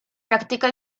practica